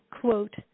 quote